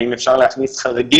זה מה שאמר חבר הכנסת